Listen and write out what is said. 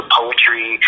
poetry